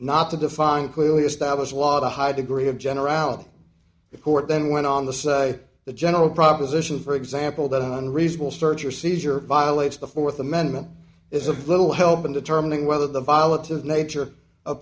not to define clearly established law the high degree of generality the court then went on the say the general proposition for example that one reasonable search or seizure violates the fourth amendment is of little help in determining whether the pilot of nature a